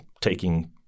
taking